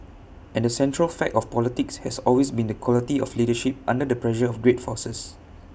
and the central fact of politics has always been the quality of leadership under the pressure of great forces